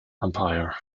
umpire